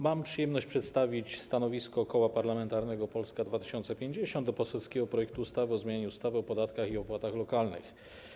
Mam przyjemność przedstawić stanowisko Koła Parlamentarnego Polska 2050 co do poselskiego projektu ustawy o zmianie ustawy o podatkach i opłatach lokalnych.